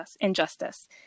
injustice